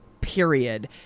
period